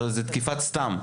זאת תקיפת סתם,